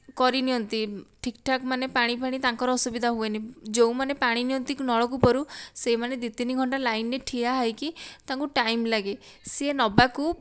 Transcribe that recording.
କରି ନିଅନ୍ତି ଠିକଠାକ ମାନେ ପାଣି ଫାଣି ତାଙ୍କର ଅସୁବିଧା ହୁଏନି ଯେଉଁମାନେ ପାଣି ନିଅନ୍ତି ନଳ କୂପରୁ ସେହିମାନେ ଦି ତିନି ଘଣ୍ଟା ଲାଇନରେ ଠିଆ ହୋଇକି ତାଙ୍କୁ ଟାଇମ ଲାଗେ ସିଏ ନେବାକୁ